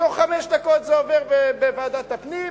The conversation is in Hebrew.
תוך חמש דקות זה עובר בוועדת הפנים,